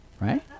right